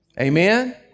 Amen